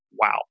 Wow